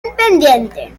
independiente